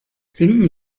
finden